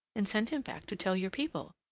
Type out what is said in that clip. and send him back to tell your people.